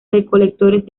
recolectores